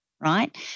right